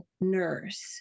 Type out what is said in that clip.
nurse